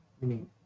Meaning